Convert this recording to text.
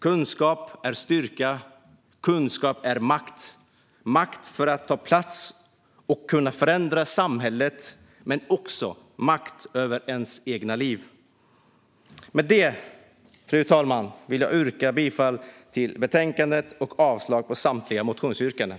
Kunskap är styrka. Kunskap är makt - makt att ta plats och kunna förändra samhället, men också makt över ens eget liv. Med det, fru talman, vill jag yrka bifall till utskottets förslag och avslag på samtliga motionsyrkanden.